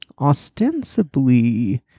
ostensibly